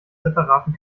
separaten